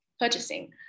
purchasing